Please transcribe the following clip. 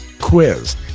quiz